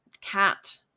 cat